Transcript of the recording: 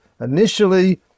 Initially